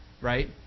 right